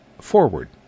forward